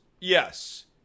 Yes